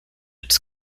its